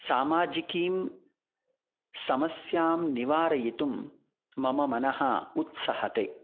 सामाजिकीं समस्यां निवारयितुं मम मनः उत्सहते